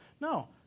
No